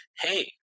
hey